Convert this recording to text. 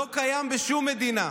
זה לא קיים בשום מדינה.